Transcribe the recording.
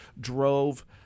drove